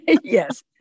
Yes